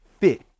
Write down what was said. fit